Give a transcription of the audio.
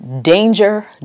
Danger